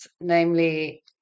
namely